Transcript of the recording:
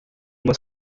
uma